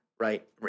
Right